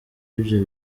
ibyo